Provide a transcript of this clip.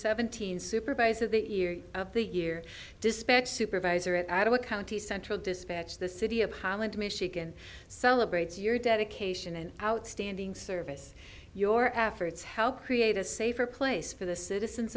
seventeen supervisor that year of the year dispatch supervisor at i do a county central dispatch the city of holland michigan celebrates your dedication and outstanding service your efforts help create a safer place for the citizens